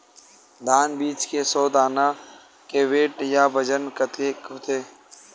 धान बीज के सौ दाना के वेट या बजन कतके होथे?